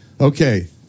okay